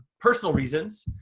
personal reasons.